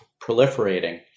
proliferating